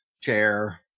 chair